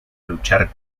luchar